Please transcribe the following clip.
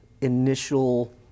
initial